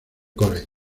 college